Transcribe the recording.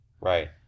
Right